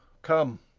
come,